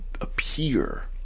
appear